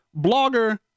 Blogger